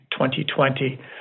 2020